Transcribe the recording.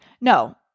No